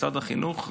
משרד החינוך,